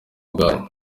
bwanyu